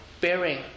bearing